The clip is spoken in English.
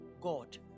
God